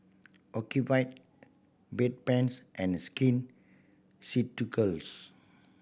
Ocuvite Bedpans and Skin Ceuticals